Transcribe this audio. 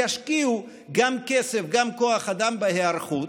ישקיעו גם כסף וגם כוח אדם בהיערכות,